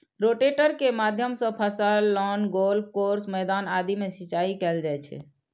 rotator के माध्यम सं फसल, लॉन, गोल्फ कोर्स, मैदान आदि मे सिंचाइ कैल जाइ छै